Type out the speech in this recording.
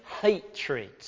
Hatred